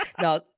Now